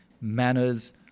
manners